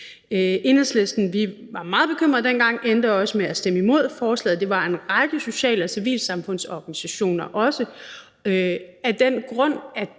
Enhedslisten var vi meget bekymrede dengang og endte også med at stemme imod forslaget, og imod var også en række social- og civilsamfundsorganisationer, af den grund,